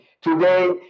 Today